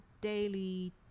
daily